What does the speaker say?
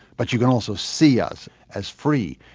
but you can also see us as free.